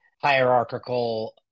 hierarchical